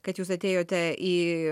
kad jūs atėjote į